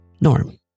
Norm